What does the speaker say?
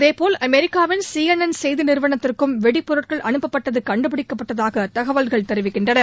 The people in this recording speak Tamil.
அதே போல் அமெரிக்காவின் சி என் என் செய்தி நிறுவனத்திற்கும் வெடி பொருட்கள் அனுப்பட்டது கண்டுபிடிக்கப்பட்டதாக தகவல்கள் தெரிவிக்கின்றன